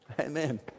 Amen